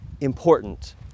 important